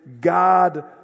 God